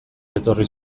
etorri